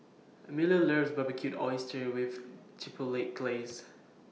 Miller loves Barbecued Oysters with Chipotle Glaze